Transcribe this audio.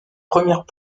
premières